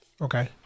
Okay